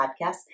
podcast